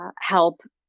help